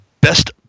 best